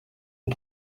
aux